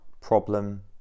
problem